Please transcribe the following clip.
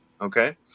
Okay